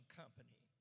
company